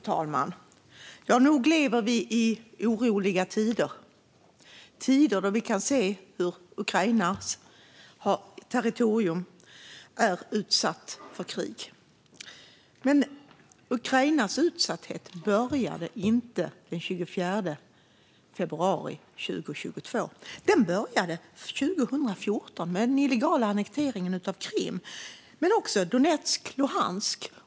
Fru talman! Ja, nog lever vi i oroliga tider. Ukrainas territorium är utsatt för krig, men Ukrainas utsatthet började inte den 24 februari 2022. Den började 2014 med den illegala annekteringen av Krim, men också Donetsk och Luhansk.